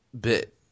bit